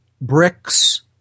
bricks